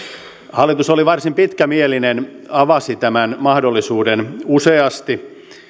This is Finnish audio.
hallitus oli varsin pitkämielinen avasi tämän mahdollisuuden useasti